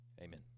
Amen